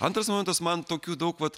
antras momentas man tokių daug vat